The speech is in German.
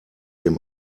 dem